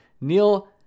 Neil